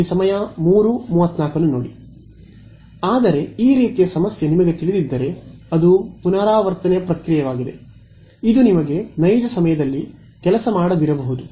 ಆದರೆ ಈ ರೀತಿಯ ಸಮಸ್ಯೆ ನಿಮಗೆ ತಿಳಿದಿದ್ದರೆ 3 7 ಅದು ಪುನರಾವರ್ತನೆಯ ಪ್ರಕ್ರಿಯೆಯಾಗಿದೆ ಇದು ನಿಮಗೆ ನೈಜ ಸಮಯದಲ್ಲಿ ಕೆಲಸ ಮಾಡದಿರಬಹುದು